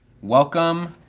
Welcome